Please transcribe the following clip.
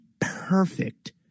perfect